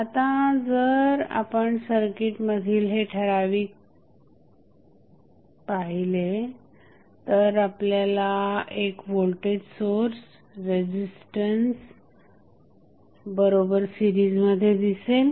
आता जर आपण सर्किट मधील हे ठराविक पाहिले तर आपल्याला एक व्होल्टेज सोर्स रेझिस्टन्स बरोबर सीरिजमध्ये दिसेल